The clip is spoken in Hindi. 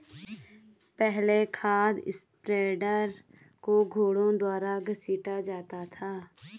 पहले खाद स्प्रेडर को घोड़ों द्वारा घसीटा जाता था